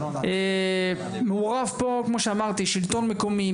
כאמור מעורבים פה שלטון מקומי,